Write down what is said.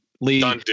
Lee